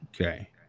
Okay